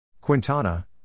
Quintana